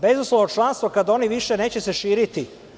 Bezuslovno članstvo kada se oni više neće širiti.